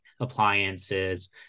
appliances